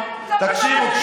תקשיבו,